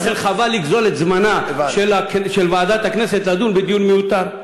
לכן חבל לגזול את זמנה של ועדת הכנסת לדון דיון מיותר.